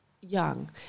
Young